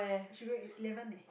she went eleven leh